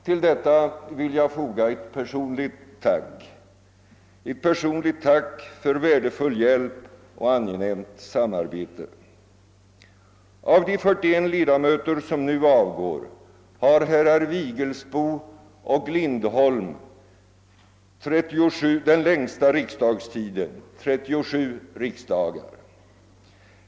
Till detta vill jag foga ett personligt tack för värdefull hjälp och angenämt samarbete. Av de 41 ledamöter som nu avgår har herrar Vigelsbo och Lindholm den längsta riksdagstiden, 37 riksdagar.